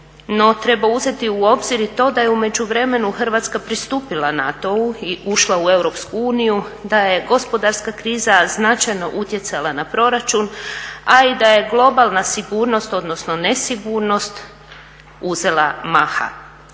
treba uzeti u obzir i to da je u međuvremenu Hrvatska pristupila NATO-u i ušla u EU, da je gospodarska kriza značajno utjecala na proračun, a i da je globalna sigurnost odnosno nesigurnost uzela maha.